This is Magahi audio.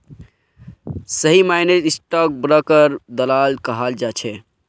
सही मायनेत स्टाक ब्रोकरक दलाल कहाल जा छे